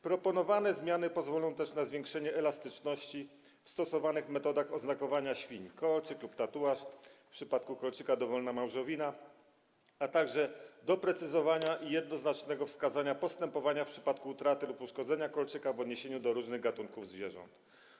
Proponowane zmiany pozwolą też na zwiększenie elastyczności w stosowanych metodach oznakowania świń - tj. kolczyk lub tatuaż, a w przypadku kolczyka dowolna małżowina - a także na doprecyzowanie i jednoznaczne wskazania dotyczące postępowania w przypadku utraty lub uszkodzenia kolczyka w odniesieniu do różnych gatunków zwierząt.